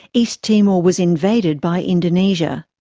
east timor was invaded by indonesia.